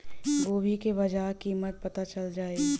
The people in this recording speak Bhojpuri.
गोभी का बाजार कीमत पता चल जाई?